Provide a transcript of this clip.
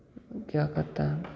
क्या करता है